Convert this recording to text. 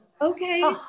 okay